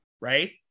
Right